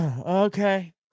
okay